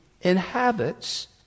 inhabits